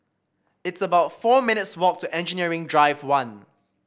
it's about four minutes' walk to Engineering Drive One